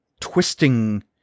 Twisting